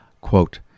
Quote